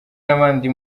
n’abandi